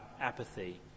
apathy